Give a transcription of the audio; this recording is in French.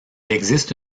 existe